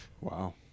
Wow